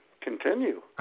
Continue